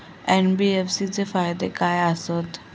NBFC चे फायदे खाय आसत?